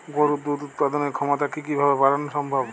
গরুর দুধ উৎপাদনের ক্ষমতা কি কি ভাবে বাড়ানো সম্ভব?